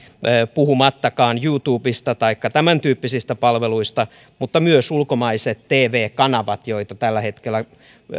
puhumattakaan youtubesta taikka tämäntyyppisistä palveluista myös ulkomaiset tv kanavat joita tällä hetkellä